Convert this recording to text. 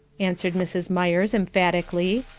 answered mrs. myers, emphatically.